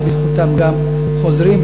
שבזכותה גם חוזרים,